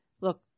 Look